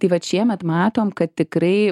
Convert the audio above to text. tai vat šiemet matom kad tikrai